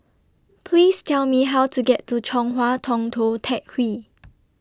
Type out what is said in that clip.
Please Tell Me How to get to Chong Hua Tong Tou Teck Hwee